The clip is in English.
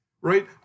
right